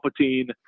Palpatine